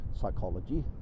psychology